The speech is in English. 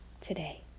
today